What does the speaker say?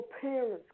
parents